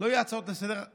לא יהיו הצעות לסדר-היום,